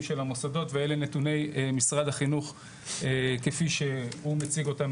של המוסדות ואלה נתוני משרד החינוך כפי שהוא מציג אותם,